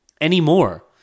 anymore